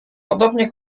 podobnie